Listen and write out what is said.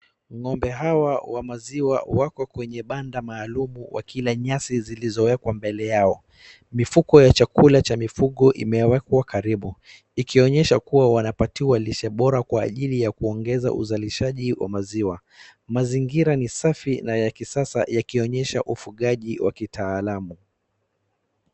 Ngombe hawa wa maziwa wako kwenye banda maalum wakila nyasi zilizowekwa mbele yao. Mifuko ya chakula cha mifugo imewekwa karibu ikionyesha kuwa wanapatiwa lishe bora kwa ajili ya kuongeza uzalishaji wa maziwa. Mazingira ni safi na ya kisasa yakionyesha ufugaji wa kitaalamu.